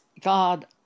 God